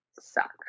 suck